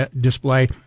display